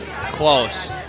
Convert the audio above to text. Close